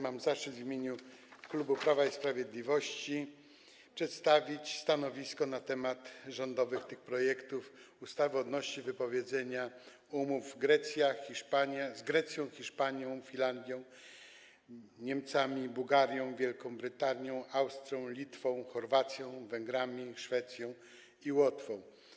Mam zaszczyt w imieniu klubu Prawa i Sprawiedliwości przedstawić stanowisko wobec rządowych projektów ustaw odnośnie do wypowiedzenia umów z Grecją, Hiszpanią, Finlandią, Niemcami, Bułgarią, Wielką Brytanią, Austrią, Litwą, Chorwacją, Węgrami, Szwecją i Łotwą.